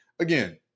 Again